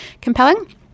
compelling